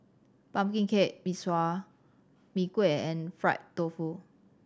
pumpkin cake mistral Mee Kuah and fried tofu